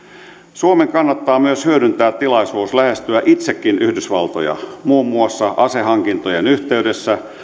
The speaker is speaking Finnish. suomen kannattaa myös hyödyntää tilaisuus lähestyä itsekin yhdysvaltoja muun muassa asehankintojen yhteydessä